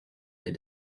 they